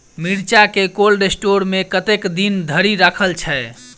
मिर्चा केँ cold store मे कतेक दिन धरि राखल छैय?